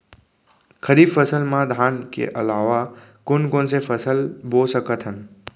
खरीफ फसल मा धान के अलावा अऊ कोन कोन से फसल बो सकत हन?